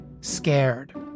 scared